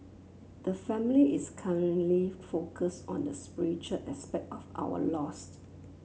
the family is currently focused on the spiritual aspect of our lost